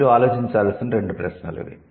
మీరు ఆలోచించాల్సిన రెండు ప్రశ్నలు ఇవి